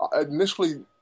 initially